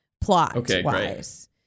plot-wise